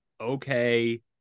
Okay